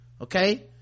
Okay